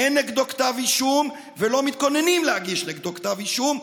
אין נגדו כתב אישום ולא מתכוננים להגיש נגדו כתב אישום,